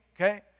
okay